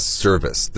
service